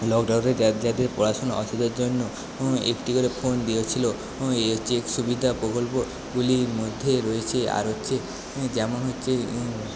লকডাউনে যাদের পড়াশোনার অসুবিধার জন্য একটি করে ফোন দিয়েছিল এই হচ্ছে সুবিধা প্রকল্পগুলির মধ্যে রয়েছে আর হচ্ছে যেমন হচ্ছে